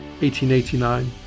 1889